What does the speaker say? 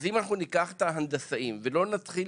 אז אם אנחנו ניקח את ההנדסאים ולא נתחיל